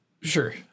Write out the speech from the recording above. Sure